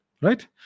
right